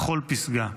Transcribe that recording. לכל פסגה,